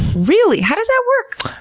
really? how does that work?